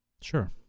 Sure